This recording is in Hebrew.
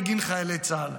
בגין חיילי צה"ל.